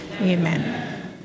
Amen